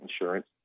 insurance